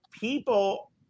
people